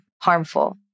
harmful